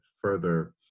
further